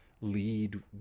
lead